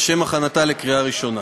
לשם הכנתה לקריאה ראשונה.